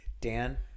Dan